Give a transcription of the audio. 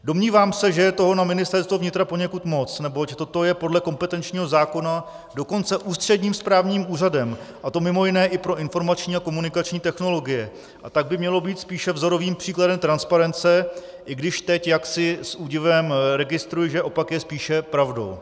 Domnívám se, že je toho na Ministerstvo vnitra poněkud moc, neboť toto je podle kompetenčního zákona dokonce ústředním správním úřadem, a to mj. i pro informační a komunikační technologie, a tak by mělo být spíše vzorovým příkladem transparence, i když teď jaksi s údivem registruji, že opak je spíše pravdou.